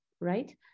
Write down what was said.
right